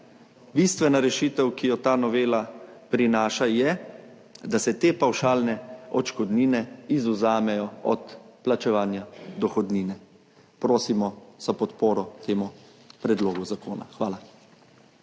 bistvena rešitev, ki jo ta novela prinaša, je, da se te pavšalne odškodnine izvzamejo iz plačevanja dohodnine. Prosimo za podporo temu predlogu zakona. Hvala.